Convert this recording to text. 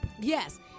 Yes